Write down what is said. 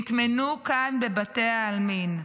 נטמנו כאן בבתי העלמין,